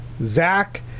Zach